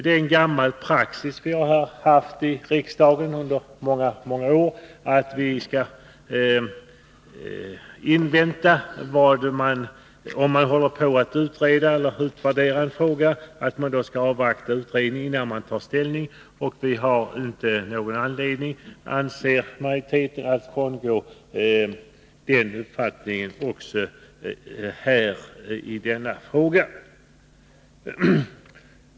Det är en gammal praxis i riksdagen sedan många år tillbaka att vi avvaktar resultatet av utredningsarbetet innan vi tar ställning, om man håller på att utreda eller utvärdera en fråga. Vi har inte någon anledning, anser majoriteten, att frångå den principen i denna fråga heller.